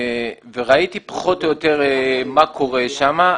וראיתי פחות או יותר מה קורה שם,